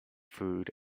food